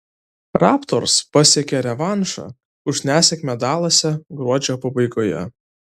raptors pasiekė revanšą už nesėkmę dalase gruodžio pabaigoje